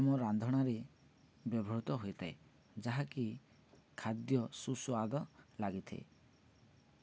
ଆମ ରାନ୍ଧଣାରେ ବ୍ୟବହୃତ ହୋଇଥାଏ ଯାହାକି ଖାଦ୍ୟ ସୁସ୍ୱାଦ ଲାଗିଥାଏ